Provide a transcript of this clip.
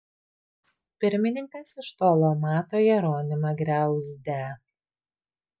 pirmininkas iš tolo mato jeronimą griauzdę